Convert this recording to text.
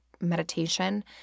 meditation